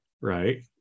Right